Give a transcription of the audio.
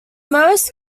most